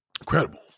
incredible